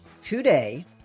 Today